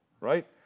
right